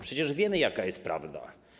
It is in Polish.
Przecież wiemy, jaka jest prawda.